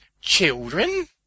children